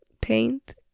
Paint